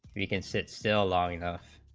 you can sit still long enough